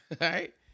right